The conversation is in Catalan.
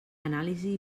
anàlisi